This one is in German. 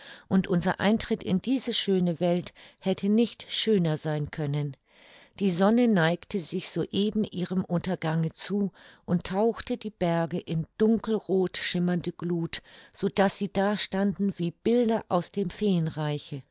und unser eintritt in diese schöne welt hätte nicht schöner sein können die sonne neigte sich soeben ihrem untergange zu und tauchte die berge in dunkelroth schimmernde gluth so daß sie dastanden wie bilder aus dem